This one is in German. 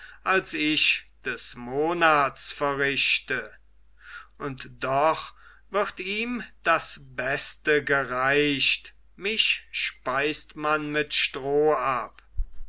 als ich des monats verrichte und doch wird ihm das beste gereicht mich speist man mit stroh ab